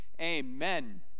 Amen